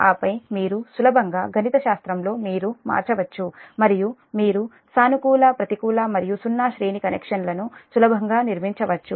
ఆపై మీరు సులభంగా గణితశాస్త్రంలో మీరు మార్చవచ్చు మరియు మీరు సానుకూల ప్రతికూల మరియు సున్నా శ్రేణి కనెక్షన్లను సులభంగా నిర్మించవచ్చు